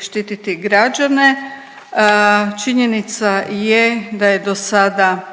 štititi građane. Činjenica je da je do sada